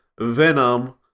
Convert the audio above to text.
Venom